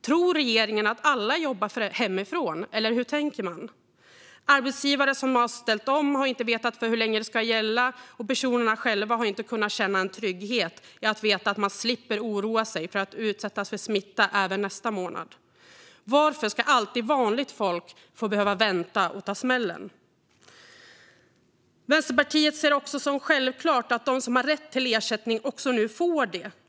Tror regeringen att alla jobbar hemifrån, eller hur tänker man? Arbetsgivare som har ställt om har inte vetat hur länge det ska gälla, och personerna själva har inte kunnat känna en trygghet i att veta att man slipper oroa sig för att utsättas för smitta även nästa månad. Varför ska alltid vanligt folk behöva vänta och ta smällen? Vänsterpartiet ser det också som självklart att de som har rätt till ersättning också får det.